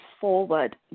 forward